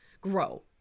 grow